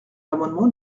l’amendement